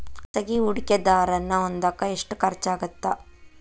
ಖಾಸಗಿ ಹೂಡಕೆದಾರನ್ನ ಹೊಂದಾಕ ಎಷ್ಟ ಖರ್ಚಾಗತ್ತ